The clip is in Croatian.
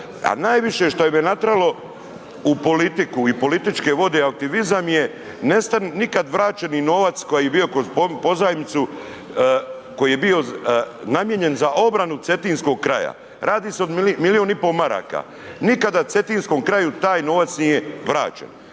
najviše što me je natjeralo u politiku i političke vode …/nerazumljivo/… je nikad vraćeni novac koji je bio kroz pozajmicu, koji je bio namijenjen za obranu Cetinskog kraja. Radi se o milijun i po maraka, nikada Cetinskom kraju taj novac nije vraćen.